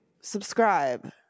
subscribe